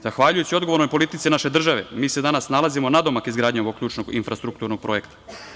Zahvaljujući odgovornoj politici naše države, mi se danas nalazimo nadomak izgradnje ovog ključnog infrastrukturnog projekta.